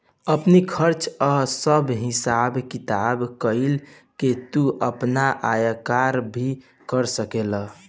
आपनी खर्चा कअ सब हिसाब किताब बनाई के तू आपन आयकर भर सकेला